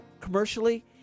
commercially